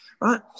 right